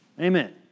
Amen